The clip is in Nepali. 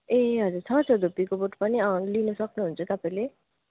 ए हजुर छ छ धुप्पीको बोट पनि अँ लिनु सक्नुहुन्छ तपाईँले